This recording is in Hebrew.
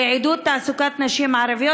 לעידוד תעסוקת נשים ערביות,